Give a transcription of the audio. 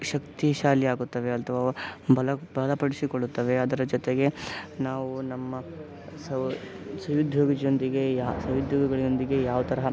ಶಕ್ತಿಶಾಲಿ ಆಗುತ್ತವೆ ಅದು ಬಲ ಬಲಪಡಿಸಿಕೊಳ್ಳುತ್ತವೆ ಅದರ ಜೊತೆಗೆ ನಾವು ನಮ್ಮ ಸೌ ಸಯುದ್ಯೋಗಿ ಜನರಿಗೆ ಯಾ ಸಯುದ್ಯೋಗಿಗಳೊಂದಿಗೆ ಯಾವ ತರಹ